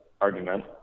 argument